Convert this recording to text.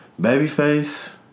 Babyface